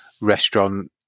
restaurant